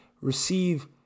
receive